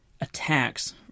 attacks